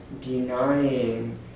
denying